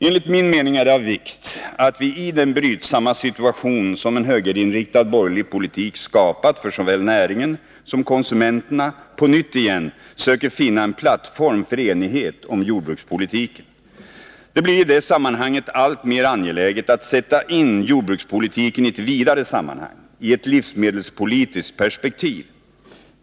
Enligt min mening är det av vikt att vi i den brydsamma situation som en högerinriktad borgerlig politik skapat för såväl näringen som konsumenterna på nytt igen söker finna en plattform för enighet om jordbrukspolitiken. Det blir i det sammanhanget alltmer angeläget att sätta in jordbrukspolitiken i ett vidare sammanhang — i ett livsmedelspolitiskt perspektiv.